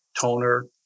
toner